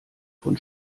von